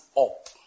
up